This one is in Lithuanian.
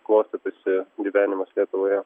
klostytųsi gyvenimas lietuvoje